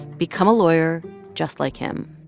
become a lawyer just like him.